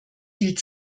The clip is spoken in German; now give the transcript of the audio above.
viel